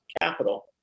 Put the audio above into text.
capital